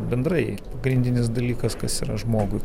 bendrai pagrindinis dalykas kas yra žmogui